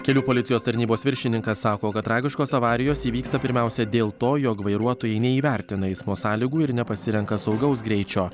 kelių policijos tarnybos viršininkas sako kad tragiškos avarijos įvyksta pirmiausia dėl to jog vairuotojai neįvertina eismo sąlygų ir nepasirenka saugaus greičio